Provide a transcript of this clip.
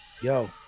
yo